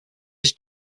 his